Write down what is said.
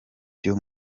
byo